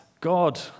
God